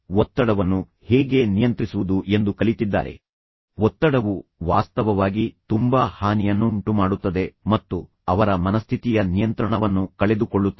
ಒತ್ತಡವನ್ನು ಹೇಗೆ ನಿಯಂತ್ರಿಸುವುದು ಒತ್ತಡವನ್ನು ಸಕಾರಾತ್ಮಕ ರೀತಿಯಲ್ಲಿ ಹೇಗೆ ಬಳಸುವುದು ಮತ್ತು ಅದು ಅವರ ಜೀವನವನ್ನು ನಿಯಂತ್ರಿಸಲು ಮತ್ತು ಮಾರ್ಗದರ್ಶನ ಮಾಡಲು ಹೇಗೆ ಅವಕಾಶ ಮಾಡಿಕೊಡುವುದು ಒತ್ತಡವು ವಾಸ್ತವವಾಗಿ ತುಂಬಾ ಹಾನಿಯನ್ನುಂಟುಮಾಡುತ್ತದೆ ಮತ್ತು ಅವರ ಮನಸ್ಥಿತಿಯ ನಿಯಂತ್ರಣವನ್ನು ಕಳೆದುಕೊಳ್ಳುತ್ತದೆ